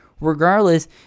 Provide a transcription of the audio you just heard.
regardless